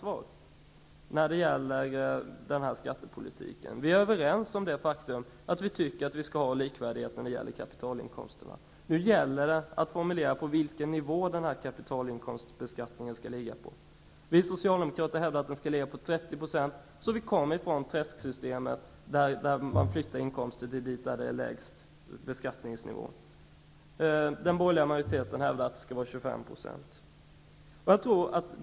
Vi är överens om att det skall vara likvärdighet i fråga om kapitalinkomsterna. Nu gäller det att formulera vilken nivå kapitalinkomstbeskattningen skall ligga på. Vi socialdemokrater hävdar att den skall ligga på 30 %, så att vi kommer ifrån ''träsksystemet'', dvs. att man flyttar inkomster dit där skatten är lägst. Den borgerliga majoriteten hävdar att det skall vara 25 %.